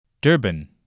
Durban